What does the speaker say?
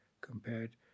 compared